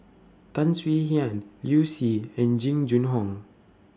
Tan Swie Hian Liu Si and Jing Jun Hong